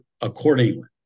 accordingly